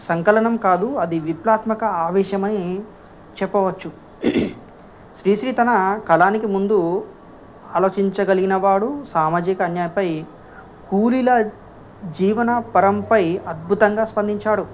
సంకలనం కాదు అది విప్లావాత్మక ఆవేశమని చెప్పవచ్చు శ్రీశ్రీ తన కలానికి ముందు ఆలోచించగలిగిన వాడు సామాజిక అన్యాయం పై కూలీల జీవనపరంపై అద్భుతంగా స్పందించాడు